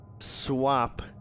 swap